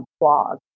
blog